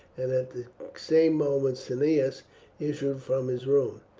and at the same moment cneius issued from his room.